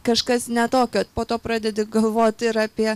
kažkas ne tokio po to pradedi galvoti ir apie